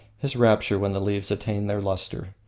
his rapture when the leaves attain their lustre.